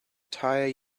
entire